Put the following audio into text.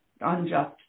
unjust